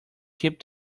keep